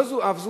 לא זו אף זו,